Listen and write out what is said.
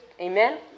Amen